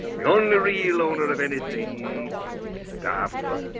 the only real owner of anything stop. what?